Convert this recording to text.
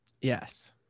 Yes